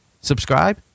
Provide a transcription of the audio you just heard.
subscribe